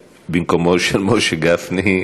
במקומו של חבר הכנסת משה גפני.